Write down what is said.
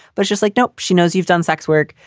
but just like, nope, she knows you've done sex work.